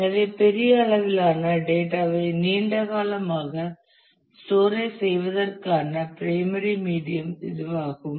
எனவே பெரிய அளவிலான டேட்டா ஐ நீண்ட காலமாக ஸ்டோரேஜ் செய்வதற்கான பிரைமரி மீடியம் இதுவாகும்